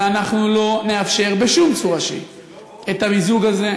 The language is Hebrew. ואנחנו לא נאפשר בשום צורה שהיא את המיזוג הזה,